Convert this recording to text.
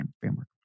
framework